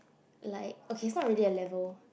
like okay not really a level